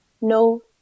No